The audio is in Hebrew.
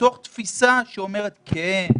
מתוך תפיסה שאומרת: כן,